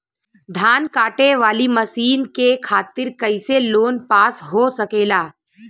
धान कांटेवाली मशीन के खातीर कैसे लोन पास हो सकेला?